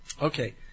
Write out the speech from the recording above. Okay